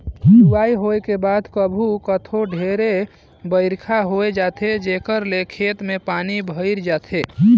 लुवई होए के बाद कभू कथों ढेरे बइरखा होए जाथे जेखर ले खेत में पानी भइर जाथे